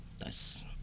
Nice